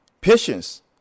Patience